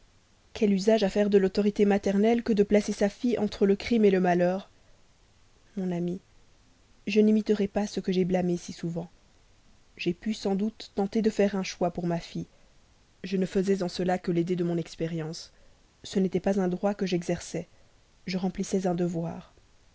quel usage à faire de l'autorité maternelle que de placer sa fille entre le crime le malheur non mon amie je n'imiterai pas ce que j'ai blâmé si souvent j'ai pu sans doute tenter de faire un choix pour ma fille je ne faisais en cela que l'aider de mon expérience ce n'était pas un droit que j'exerçais je remplissais un devoir